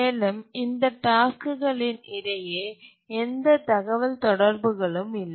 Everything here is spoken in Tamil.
மேலும் இந்த டாஸ்க்குகளின் இடையே எந்த தகவல்தொடர்புகளும் இல்லை